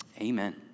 amen